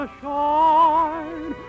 shine